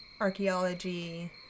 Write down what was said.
archaeology